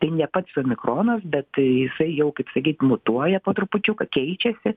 tai ne pats omikronas bet jisai jau kaip sakyt mutuoja po trupučiuką keičiasi